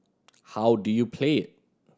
how do you play it